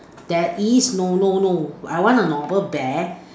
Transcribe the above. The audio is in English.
there is no no no I want a normal bear